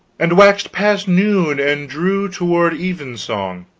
and waxed past noon and drew toward evensong.